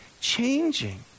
changing